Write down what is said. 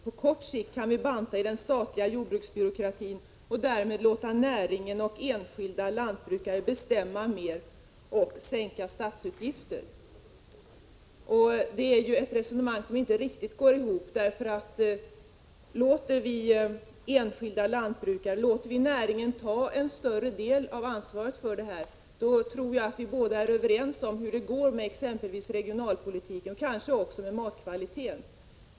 På kort sikt kan vi banta i den statliga jordbruksbyråkratin och därmed låta näringen och enskilda lantbrukare bestämma mer och därigenom sänka statsutgifterna. Detta är ett resonemang som inte riktigt går ihop. Låter vi enskilda lantbrukare, näringen, ta en större del av ansvaret för detta tror jag att vi båda är överens om hur det går med exempelvis regionalpolitiken och kanske även med matkvaliteten.